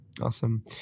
Awesome